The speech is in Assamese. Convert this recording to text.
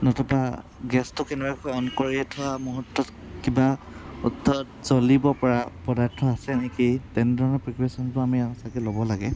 নতুবা গেছটো কেনেবাকৈ অন কৰি থোৱা মুহূৰ্তত কিবা অৰ্থাৎ জলিবপৰা পদাৰ্থ আছে নেকি তেনেধৰণৰ প্ৰিপেৰেচনটো আমি সঁচাকৈ ল'ব লাগে